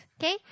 Okay